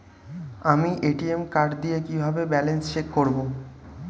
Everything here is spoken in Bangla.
আমি এ.টি.এম কার্ড দিয়ে কিভাবে ব্যালেন্স চেক করব?